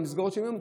למסגרות שלהם,